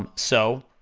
um so,